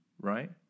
right